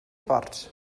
ports